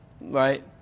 right